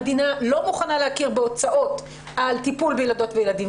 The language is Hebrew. המדינה לא מוכנה להכיר בהוצאות על טיפול בילדות וילדים